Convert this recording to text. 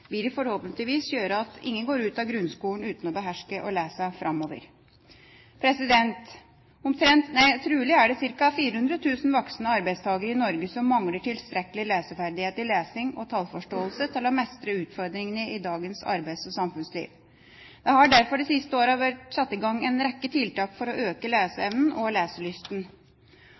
vil forhåpentligvis gjøre at ingen går ut av grunnskolen framover uten å beherske å lese. Trolig er det ca. 400 000 voksne arbeidstakere i Norge som mangler tilstrekkelige ferdigheter i lesing og tallforståelse til å mestre utfordringene i dagens arbeids- og samfunnsliv. Det har derfor de siste årene vært satt i gang en rekke tiltak for å øke leseevnen og leselysten.